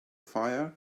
fire